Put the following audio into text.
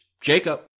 Jacob